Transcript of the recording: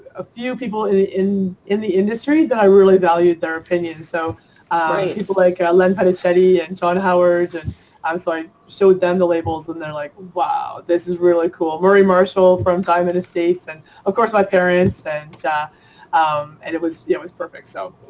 a few people in in the industry that i really valued their opinions. so people like len fettuccine and john howard um so i showed them the labels and they're like, wow, this is really cool. murray marshall from time in the states and of course, my parents and and it was yeah was perfect. so